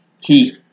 key